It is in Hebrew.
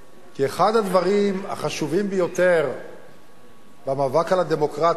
כי אחד הדברים החשובים ביותר במאבק על הדמוקרטיה,